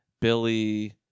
Billy